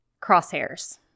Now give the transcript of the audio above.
crosshairs